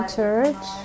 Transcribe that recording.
church